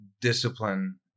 discipline